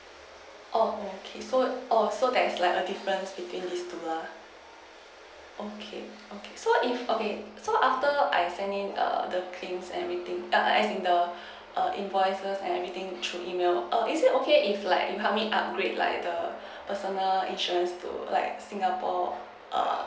oh okay so oh so there's like a difference between these two lah okay okay so if okay so after I sent in err the claims and everything err as in the invoices and everything through email err is it okay if like you help me upgrade like the personal insurance to like singapore err